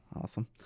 Awesome